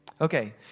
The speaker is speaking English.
Okay